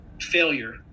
failure